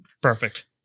Perfect